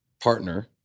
partner